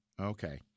Okay